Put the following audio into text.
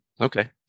Okay